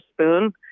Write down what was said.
Spoon